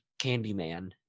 Candyman